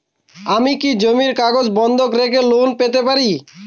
আমি কি জমির কাগজ বন্ধক রেখে লোন পেতে পারি?